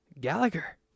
gallagher